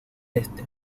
este